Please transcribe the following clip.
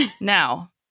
Now